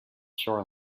shore